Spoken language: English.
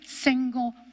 single